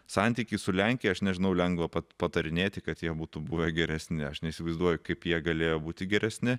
santykiai su lenkija aš nežinau lengva patarinėti kad jie būtų buvę geresni aš neįsivaizduoju kaip jie galėjo būti geresni